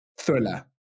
thriller